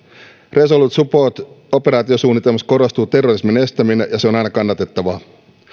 resolute support operaatiosuunnitelmassa korostuu terrorismin estäminen ja se on aina kannatettavaa